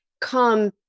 come